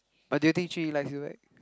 but do you think Jun-Yi likes you back